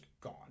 gone